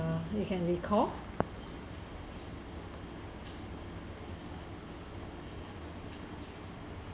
you can recall